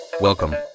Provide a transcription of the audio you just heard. welcome